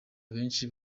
abenshi